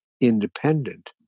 independent